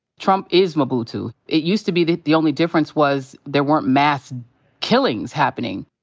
trump is mobutu. it used to be that the only difference was there weren't mass killings happening.